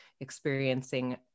experiencing